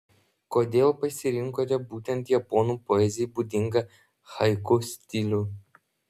kodėl pasirinkote būtent japonų poezijai būdingą haiku stilių